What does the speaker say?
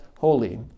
holy